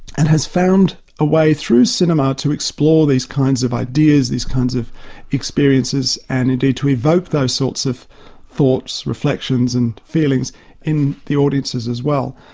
and has found a way through cinema to explore these kinds of ideas, these kinds of experiences and indeed to evoke those sorts of thoughts, reflections and feelings in the audiences as well.